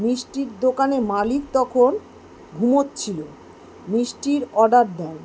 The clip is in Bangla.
মিষ্টির দোকানে মালিক তখন ঘুমোচ্ছিল মিষ্টির অর্ডার দেন